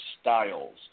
Styles